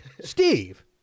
steve